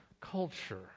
culture